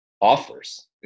offers